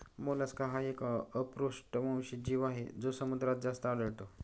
Mollusca हा एक अपृष्ठवंशी जीव आहे जो समुद्रात जास्त आढळतो